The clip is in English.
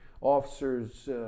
officer's